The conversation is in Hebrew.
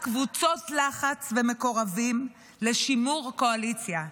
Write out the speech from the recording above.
קבוצות לחץ ומקורבים לשימור הקואליציה.